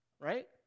Right